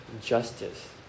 Justice